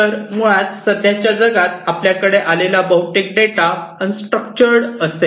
तर मुळात सध्याच्या जगात आपल्याकडे आलेला बहुतेक डेटा अन स्ट्रक्चर्ड असेल